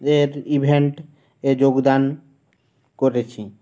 এর ইভেন্ট এ যোগদান করেছি